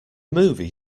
movie